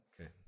Okay